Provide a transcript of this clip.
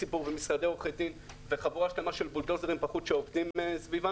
ציבור ומשרדי עורכי דין וחבורה שלמה של בולדוזרים בחוץ שעובדים סביבם,